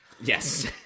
Yes